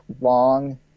long